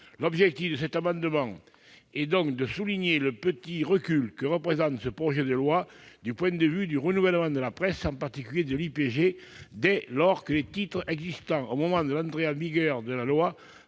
L'objet de cet amendement est donc de souligner le léger recul que présente ce projet de loi du point de vue du renouvellement de la presse, en particulier de l'IPG, dès lors que les titres existant au moment de l'entrée en vigueur de la loi